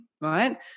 right